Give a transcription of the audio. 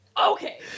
Okay